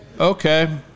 okay